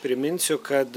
priminsiu kad